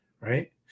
right